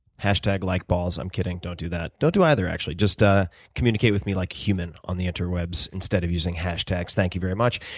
hash tag like balls. i'm kidding don't do that. don't do either actually, just ah communicate with me like a human on the interwebs, instead of using hash tags, thank you very much.